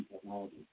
technology